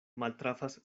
maltrafas